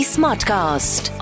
Smartcast